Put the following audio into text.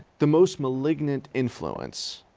the most malignant influence